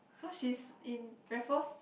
so she is in Raffles